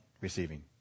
receiving